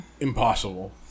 impossible